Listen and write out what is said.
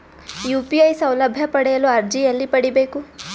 UPI ಸೌಲಭ್ಯ ಪಡೆಯಲು ಅರ್ಜಿ ಎಲ್ಲಿ ಪಡಿಬೇಕು?